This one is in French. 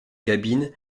cabine